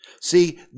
See